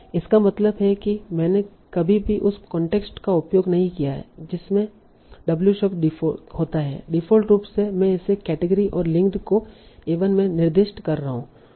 इसका मतलब है कि मैंने कभी भी उस कांटेक्स्ट का उपयोग नहीं किया है जिसमें w शब्द होता है डिफ़ॉल्ट रूप से मैं इसे केटेगरी और लिंक को a1 में निर्दिष्ट कर रहा हूं